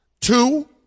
two